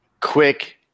quick